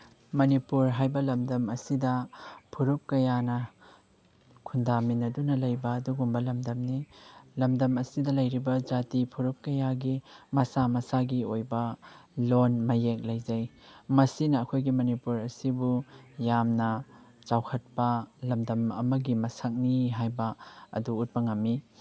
ꯃꯅꯤꯄꯨꯔ ꯍꯥꯏꯕ ꯂꯝꯗꯝ ꯑꯁꯤꯗ ꯐꯨꯔꯨꯞ ꯀꯌꯥꯅ ꯈꯨꯟꯗꯥꯃꯤꯟꯅꯗꯨꯅ ꯂꯩꯕ ꯑꯗꯨꯒꯨꯝꯕ ꯂꯝꯗꯝꯅꯤ ꯂꯝꯗꯝ ꯑꯁꯤꯗ ꯂꯩꯔꯤꯕ ꯖꯥꯇꯤ ꯐꯨꯔꯨꯞ ꯀꯌꯥꯒꯤ ꯃꯁꯥ ꯃꯁꯥꯒꯤ ꯑꯣꯏꯕ ꯂꯣꯟ ꯃꯌꯦꯛ ꯂꯩꯖꯩ ꯃꯁꯤꯅ ꯑꯩꯈꯣꯏꯒꯤ ꯃꯅꯤꯄꯨꯔ ꯑꯁꯤꯕꯨ ꯌꯥꯝꯅ ꯆꯥꯎꯈꯠꯄ ꯂꯝꯗꯝ ꯑꯃꯒꯤ ꯃꯁꯛꯅꯤ ꯍꯥꯏꯕ ꯑꯗꯨ ꯎꯠꯄ ꯉꯝꯃꯤ